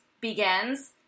begins